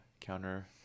counter